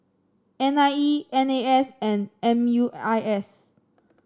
N I E N A S and M U I S